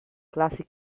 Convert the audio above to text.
classical